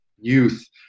youth